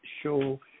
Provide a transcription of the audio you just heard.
show